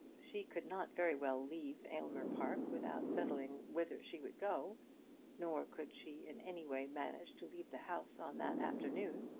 she could not very well leave aylmer park without settling whither she would go nor could she in any way manage to leave the house on that afternoon.